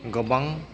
गोबां